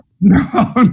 No